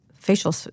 facial